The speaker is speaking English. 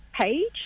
page